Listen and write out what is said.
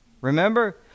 Remember